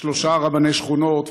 שלושה רבני שכונות,